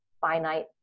finite